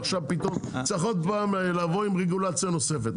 ועכשיו פתאום צריך עוד פעם לבוא עם רגולציה נוספת.